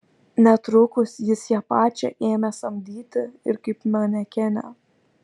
netrukus jis ją pačią ėmė samdyti ir kaip manekenę